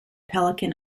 pelican